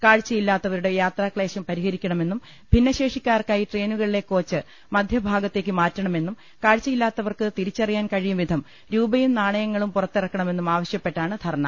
കാഴ്ചയില്ലാത്തവരുടെ യാത്രാക്ലേശം പരിഹരിക്കണമെന്നും ഭിന്ന ശേഷിക്കാർക്കായി ട്രെയിനുകളിലെ കോച്ച് മധ്യഭാഗത്തേക്ക് മാറ്റണമെന്നും കാഴ്ചയില്ലാത്തവർക്ക് തിരിച്ചറിയാൻ കഴിയുംവിധം രൂപയും നാണയങ്ങളും പുറത്തിറക്കണമെന്നും ആവശ്യപ്പെട്ടാണ് ധർണ്ണ